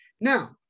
Now